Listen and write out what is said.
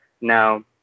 now